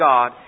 God